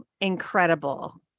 incredible